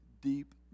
deep